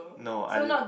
no I did